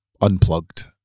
unplugged